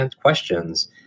questions